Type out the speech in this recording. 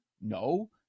no